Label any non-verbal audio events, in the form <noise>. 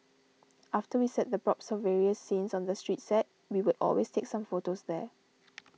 <noise> after we set the props for various scenes on the street set we would always take some photos there